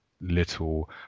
little